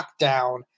lockdown